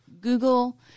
Google